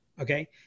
Okay